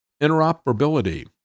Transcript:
interoperability